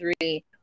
three